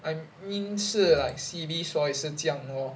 I mean 是 like C_B 所以是这样 lor